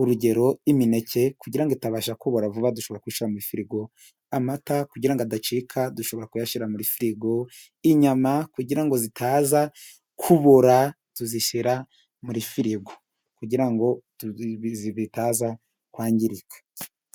urugero imineke kugira ngo itabasha kubora vuba dushobora kuyishyira muri firigo, amata kugira ngo adacika dushobora kuyashyira muri firigo, inyama kugira ngo zitaza kubora tuzishyira muri firigo kugira ngo bitaza kwangirika.